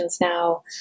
now